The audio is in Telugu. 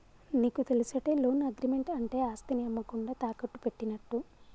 నీకు తెలుసటే, లోన్ అగ్రిమెంట్ అంటే ఆస్తిని అమ్మకుండా తాకట్టు పెట్టినట్టు